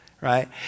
right